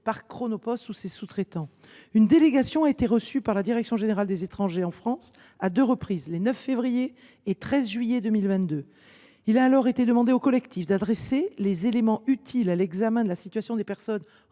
par Chronopost ou ses sous traitants. Une délégation a été reçue par la direction générale des étrangers en France à deux reprises, les 9 février et 13 juillet 2022. Il a alors été demandé au collectif d’adresser les éléments utiles à l’examen de la situation des personnes